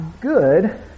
good